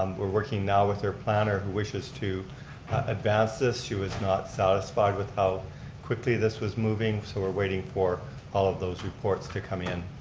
um we're working now with their planner who wishes to advance this. she was not satisfied with how quickly this was moving. so we're waiting for all of those reports to come in.